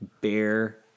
bear